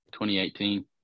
2018